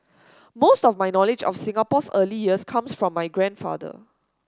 most of my knowledge of Singapore's early years comes from my grandfather